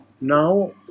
Now